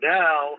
now